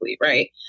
right